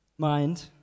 mind